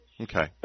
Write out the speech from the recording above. Okay